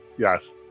Yes